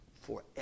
forever